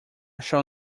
shall